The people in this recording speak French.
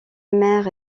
mère